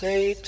Say